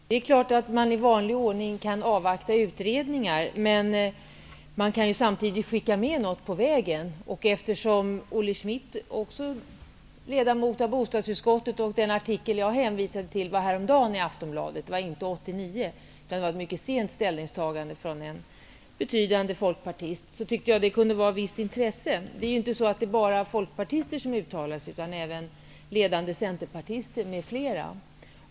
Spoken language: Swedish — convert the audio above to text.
Herr talman! Det är klart att man i vanlig ordning kan avvakta utredningar. Men samtidigt kan man skicka med något på vägen. Den artikel som jag hänvisade till var införd i Aftonbladet häromdagen, inte 1989. Det handlar alltså om ett mycket sent ställningstagande gjort av en betydande folkpartist. Eftersom Olle Schmidt också är ledamot av bostadsutskottet tyckte jag att det kunde vara av visst intresse att nämna artikeln. Men det är inte bara folkpartister som uttalar sig, utan det gör även ledande centerpartister m.fl.